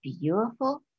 beautiful